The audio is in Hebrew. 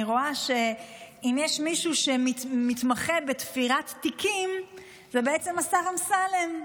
אני רואה שאם יש מישהו שמתמחה בתפירת תיקים זה בעצם השר אמסלם.